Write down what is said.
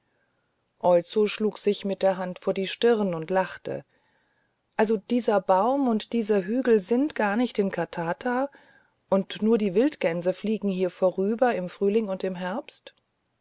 oizo schlug sich mit der hand vor die stirn und lachte also dieser baum und dieser hügel sind gar nicht in katata und nur die wildgänse fliegen hier vorüber im frühling und im herbst